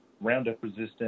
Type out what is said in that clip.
roundup-resistant